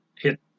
hit